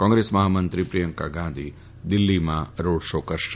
કોંગ્રેસ મહામંત્રી પ્રિયંકાગાંધી દીલ્ફીમાં road show કરશે